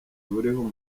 buriho